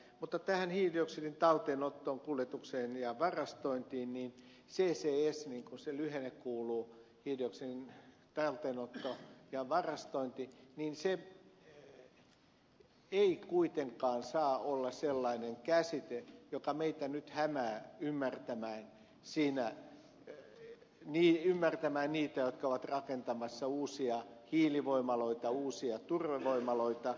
mutta mennäkseni tähän hiilidioksidin talteenottoon kuljetukseen ja varastointiin niin ccs niin kuin se lyhenne kuuluu hiilidioksidin talteenotto ja varastointi ei kuitenkaan saa olla sellainen käsite joka meitä nyt hämää ymmärtämään niitä jotka ovat rakentamassa uusia hiilivoimaloita uusia turvevoimaloita